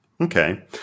Okay